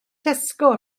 tesco